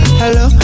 hello